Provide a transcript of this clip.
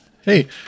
Hey